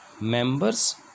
members